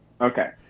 Okay